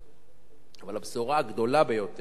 אבל הבשורה הגדולה ביותר, לפחות שאני רואה כאן,